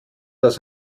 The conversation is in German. dass